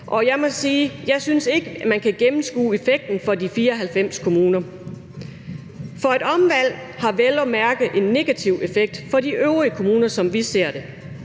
jeg ikke synes, at man kan gennemskue effekten for de 94 kommuner, for et omvalg har vel at mærke en negativ effekt for de øvrige kommuner, som vi ser det.